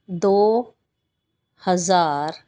ਦੋ ਹਜ਼ਾਰ